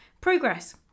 Progress